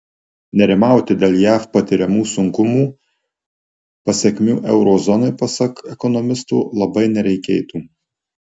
nerimauti dėl jav patiriamų sunkumų pasekmių euro zonai pasak ekonomisto labai nereikėtų